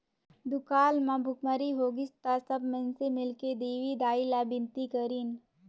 दुकाल म भुखमरी होगिस त सब माइनसे मिलके देवी दाई ला बिनती करिन